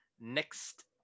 next